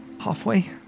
halfway